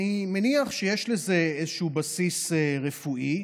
אני מניח שיש לזה איזשהו בסיס רפואי,